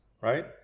Right